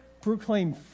Proclaim